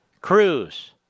Cruz